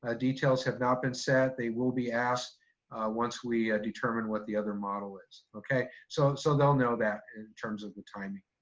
ah details have not been set. they will be asked once we determine what the other model is. so so they'll know that in terms of the timing.